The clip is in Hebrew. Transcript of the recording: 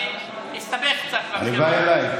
שהסתבך קצת, הלוואי עליי.